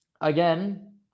again